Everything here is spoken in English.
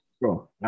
Bro